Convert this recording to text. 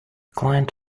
client